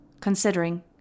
considering